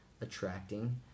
attracting